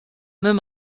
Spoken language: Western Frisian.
men